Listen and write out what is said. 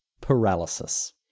paralysis